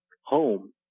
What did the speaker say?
home